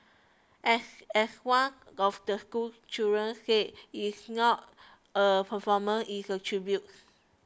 as as one of the schoolchildren said it is not a performance it's a tribute